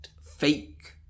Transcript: fake